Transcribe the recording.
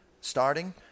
starting